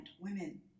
women